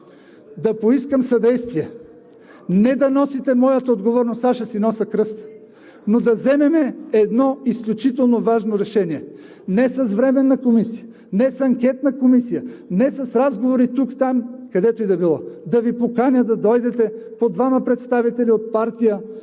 да поискам съдействие – не да носите моята отговорност, аз ще си нося кръста, но да вземем едно изключително важно решение – не с временна комисия, не с анкетна комисия, не с разговори тук, там, където и да било. Да Ви поканя да дойдете – по двама представители от партия,